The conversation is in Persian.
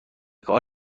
کار